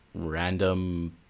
random